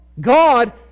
God